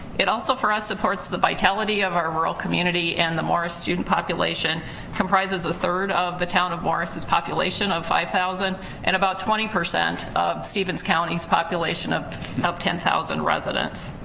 it also, for us, supports the vitality of our rural community and the morris student population comprises a third of the town of morris' population of five thousand and about twenty percent of steven's county's population of of ten thousand residents.